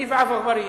אני ועפו אגבאריה,